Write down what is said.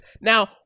Now